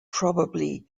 probably